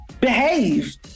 behave